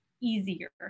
easier